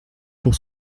pour